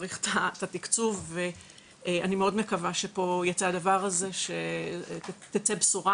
צריך את התקצוב ואני מאוד מקווה שמפה תצא בשורה.